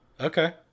Okay